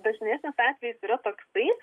dažnesnis atvejis yra toksai